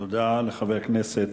תודה לחבר הכנסת